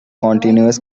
continuous